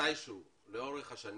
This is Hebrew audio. מתישהו לאורך השנים,